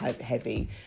heavy